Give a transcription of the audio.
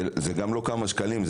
זה גם לא כמה שקלים,